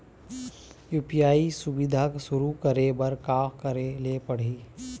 UPI सुविधा शुरू करे बर का करे ले पड़ही?